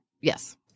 Yes